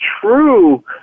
true